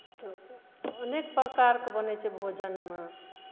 तऽ अनेक प्रकारके बनै छै भोजनमे